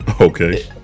Okay